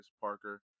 Parker